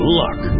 luck